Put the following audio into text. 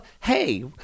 Hey